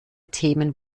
themen